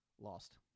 Lost